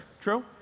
True